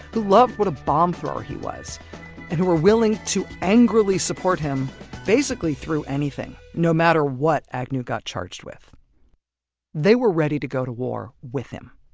who loved what a bomb-thrower he was, and who were willing to angrily support him basically through anything. no matter what agnew got charged with they were ready to go to war with him